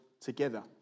together